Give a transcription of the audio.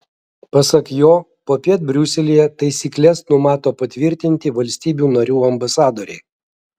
pasak jo popiet briuselyje taisykles numato patvirtinti valstybių narių ambasadoriai